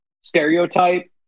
stereotype